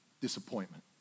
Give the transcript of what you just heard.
Disappointment